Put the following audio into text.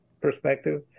perspective